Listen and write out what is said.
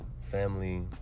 family